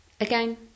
again